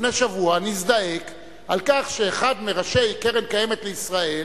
לפני שבוע נזדעק על כך שאחד מראשי קרן-קיימת לישראל